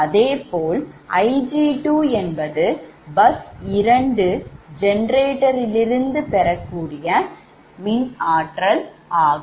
அதேபோல் Ig2 என்பது bus 2 generator லிருந்து பெறக்கூடிய மின்சாரம் ஆகும்